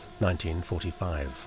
1945